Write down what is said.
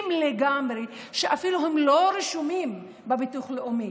לגמרי שאפילו לא רשומות בביטוח לאומי.